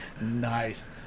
Nice